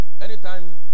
Anytime